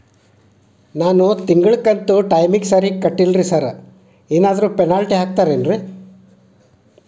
ನಾನು ತಿಂಗ್ಳ ಕಂತ್ ಟೈಮಿಗ್ ಸರಿಗೆ ಕಟ್ಟಿಲ್ರಿ ಸಾರ್ ಏನಾದ್ರು ಪೆನಾಲ್ಟಿ ಹಾಕ್ತಿರೆನ್ರಿ?